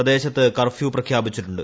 പ്രദേശത്ത് കർഫ്യൂ പ്രഖ്യാപിച്ചിട്ടുണ്ട്